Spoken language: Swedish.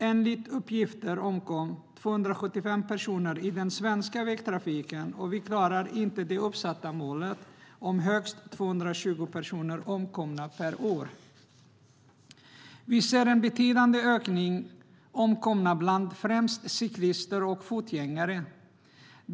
Enligt uppgifter omkom 275 personer i den svenska vägtrafiken, och vi klarar inte det uppsatta målet om högst 220 omkomna personer per år. Vi ser en betydande ökning omkomna främst bland cyklister och fotgängare.